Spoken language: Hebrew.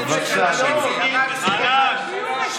"תהיו בשקט".